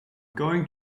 going